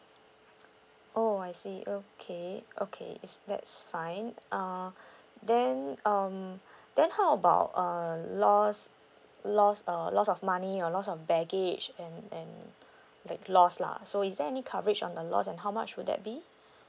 oh I see okay okay is that's fine uh then um then how about uh lost lost err loss of money or loss of baggage and and like loss lah so is there any coverage on the loss and how much would that be